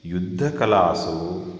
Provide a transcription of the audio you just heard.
युद्धकलासु